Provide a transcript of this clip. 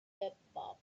bebop